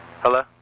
Hello